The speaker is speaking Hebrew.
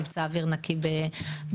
מבצע אוויר נקי בבקעה,